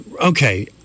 okay